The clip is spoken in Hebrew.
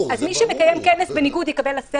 אז מי שמקיים כנס בניגוד למותר יוטל עליו